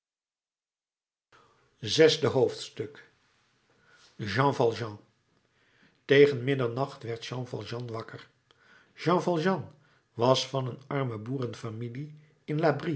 zesde hoofdstuk jean valjean tegen middernacht werd jean valjean wakker jean valjean was van een arme boerenfamilie in